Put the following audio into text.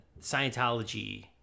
Scientology